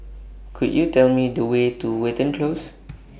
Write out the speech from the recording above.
Could YOU Tell Me The Way to Watten Close